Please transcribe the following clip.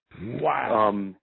Wow